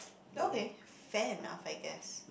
okay fair enough I guess